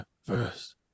First